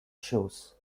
shows